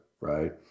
right